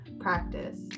practice